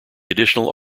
additional